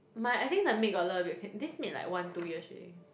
my I think the maid got learn a bit of Can~ this maid like one two years already